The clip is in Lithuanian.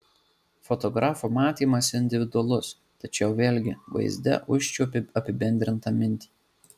fotografo matymas individualus tačiau vėlgi vaizde užčiuopi apibendrintą mintį